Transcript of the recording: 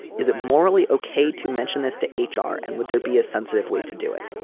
is it morally okay to mention this to h r. and would there be a sensitive way to do it